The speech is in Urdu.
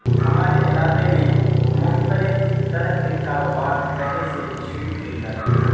ہمارے علاقے میں مختلف طرح کے کاروبار پہلے سے ہی شروع کیے جا چکے ہیں